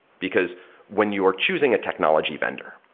because when you are choosing a technology vendor,